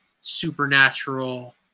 supernatural